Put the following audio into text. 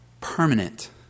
permanent